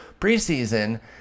preseason